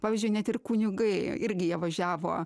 pavyzdžiui net ir kunigai irgi jie važiavo